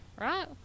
right